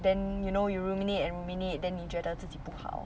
then you know you ruminate and ruminate then 你觉得自己不好